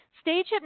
Stage